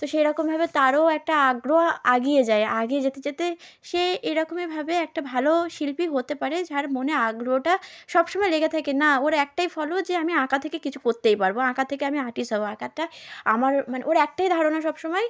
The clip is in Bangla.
তো সেরকমভাবে তারও একটা আগ্রহ আগিয়ে যায় আগিয়ে যেতে যেতে সে এরকমইভাবে একটা ভালো শিল্পী হতে পারে যার মনে আগ্রহটা সব সময় লেগে থাকে না ওর একটাই ফলো যে আমি আঁকা থেকে কিছু করতেই পারবো আঁকার থেকে আমি আর্টিস্ট হবো আঁকাটা আমার মানে ওর একটাই ধারণা সব সময়